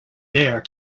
dare